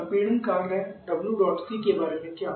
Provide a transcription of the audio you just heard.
संपीड़न काम Wdot C के बारे में क्या